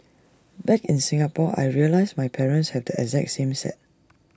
back in Singapore I realised my parents have the exact same set